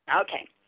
okay